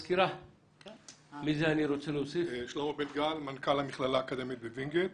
שלמה בן גל, מנכ"ל המכללה האקדמית בוינגייט.